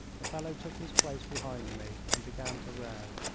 the fellow took his place behind me and began to row.